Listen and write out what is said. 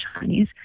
Chinese